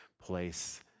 place